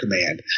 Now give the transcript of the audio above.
command